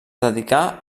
dedicà